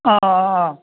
ꯑꯥ ꯑꯥ